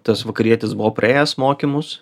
tas vakarietis buvo praėjęs mokymus